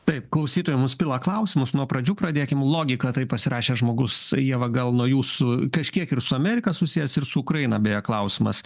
taip klausytojai mus pila klausimus nuo pradžių pradėkim logika taip pasirašęs žmogus ieva gal nuo jūsų kažkiek ir su amerika susijęs ir su ukraina beje klausimas